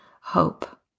hope